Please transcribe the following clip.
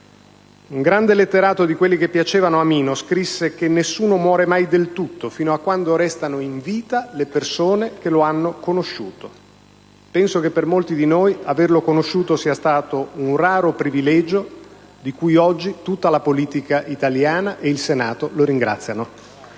Un grande letterato, di quelli che piacevano a Mino, scrisse che nessuno muore mai del tutto fino a quando restano in vita le persone che lo hanno conosciuto. Penso che per molti di noi averlo conosciuto sia stato un raro privilegio, di cui oggi tutta la politica italiana e il Senato lo ringraziano.